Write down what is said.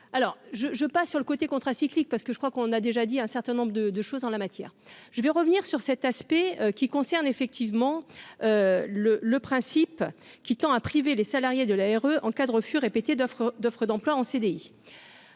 alors je je passe sur le côté contrats cycliques parce que je crois qu'on a déjà dit un certain nombre de de choses en la matière, je vais revenir sur cet aspect qui concerne effectivement le le principe qui tend à priver les salariés de la en cas de refus répétés d'offres d'offres d'emploi en CDI